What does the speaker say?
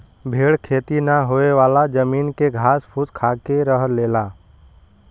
भेड़ खेती ना होयेवाला जमीन के घास फूस खाके रह लेला